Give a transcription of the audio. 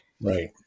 Right